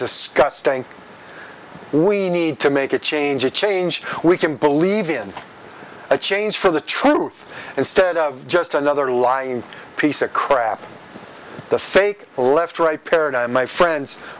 discussed stank we need to make a change a change we can believe in a change for the truth instead of just another lying piece of crap the fake left right paradigm my friend